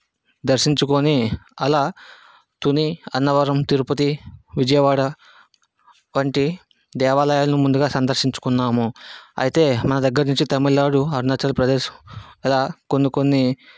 దర్శించుకొని అలా తుని అన్నవరం తిరుపతి విజయవాడ వంటి దేవాలయాలను ముందుగా సందర్శించుకున్నాము అయితే మా దగ్గర్నుంచి తమిళ్నాడు అరుణాచల్ప్రదేశ్ కొన్ని ఇలా కొన్ని కొన్ని